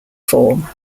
form